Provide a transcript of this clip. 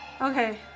Okay